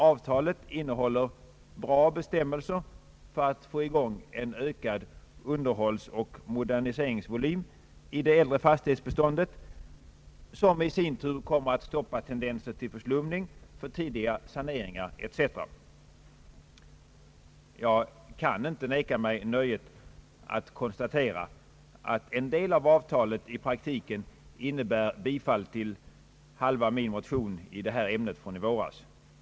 Avtalet innehåller bra bestämmelser för att få i gång en ökad underhållsoch moderniseringsvolym i det äldre fastighetsbeståndet, något som i sin tur kommer att stoppa tendenser till förslumning, alltför tidiga saneringar etc. Jag kan inte neka mig nöjet att konstatera att en del av avtalet i praktiken innebär bifall till halva min motion i detta ämne från i våras.